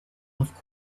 off